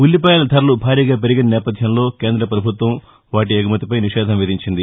ఉల్లిపాయల ధరలు భారీగా పెరిగిన నేపథ్యంలో కేంద్రపభుత్వం వాటి ఎగుమతిపై నిషేధం విధించింది